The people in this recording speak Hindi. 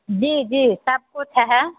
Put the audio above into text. जी जी सब कुछ है